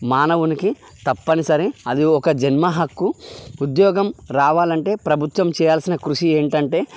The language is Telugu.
మానవునికి తప్పనిసరి అది ఒక జన్మ హక్కు ఉద్యోగం రావాలంటే ప్రభుత్వం చేయాల్సిన కృషి ఏంటంటే